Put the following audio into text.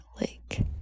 Lake